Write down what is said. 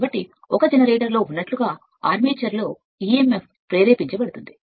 కాబట్టి ఆ emf ఒక జనరేటర్లో ఉన్నట్లుగా ఆర్మేచర్లో ప్రేరేపించబడుతుంది